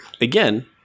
again